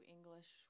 English